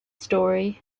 story